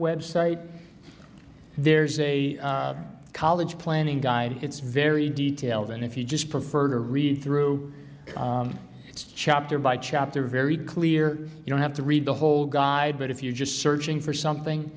website there's a college planning guide it's very detailed and if you just prefer to read through it chapter by chapter very clear you don't have to read the whole guide but if you just searching for something